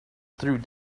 through